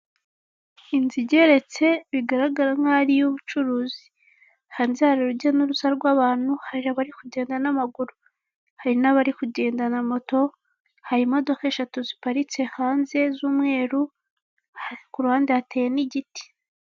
Inzu igeretse bigaragara nkaho ari iy'ubucuruzi. Hanze hari urujya n'uruza rw'abantu, hari abari kugenda n'amaguru, hari n'abari kugendana moto, hari imodoka eshatu ziparitse hanze z'umweru, ku ruhande hateye n'igiti.